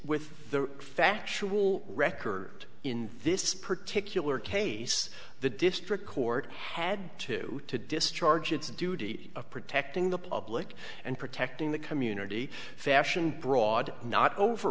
with the factual record in this particular case the district court had to to discharge its duty of protecting the public and protecting the community fashioned broad not over